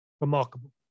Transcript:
Remarkable